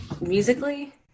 musically